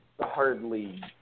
hardly